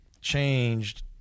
changed